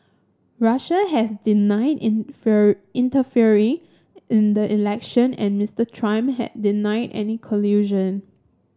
Russia has denied interfering in the election and Mister Trump has denied any collusion